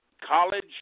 College